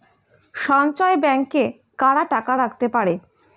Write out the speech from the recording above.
সঞ্চয় ব্যাংকে কারা টাকা রাখতে পারে?